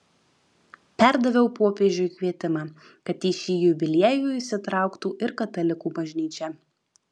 perdaviau popiežiui kvietimą kad į šį jubiliejų įsitrauktų ir katalikų bažnyčia